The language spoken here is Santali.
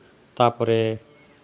ᱛᱟᱨᱯᱚᱨᱮ